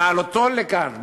בעלותו לכאן,